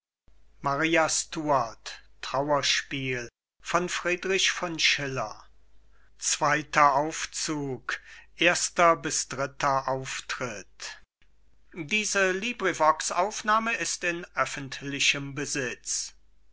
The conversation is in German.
erster auftritt maria